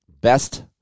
Best